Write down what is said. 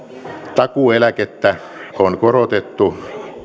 takuueläkettä on korotettu